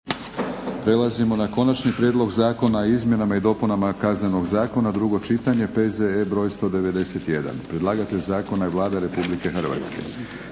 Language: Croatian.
Prelazimo na - Konačni prijedlog zakona o izmjenama i dopunama Kaznenog zakona, drugo čitanje, P.Z.E. br. 191. Predlagatelj zakona je Vlada Republike Hrvatske.